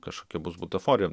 kažkokia bus butaforija